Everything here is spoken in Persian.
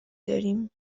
داریم